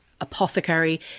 apothecary